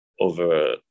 over